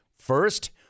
First